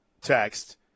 text